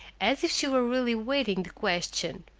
as if she were really weighing the question.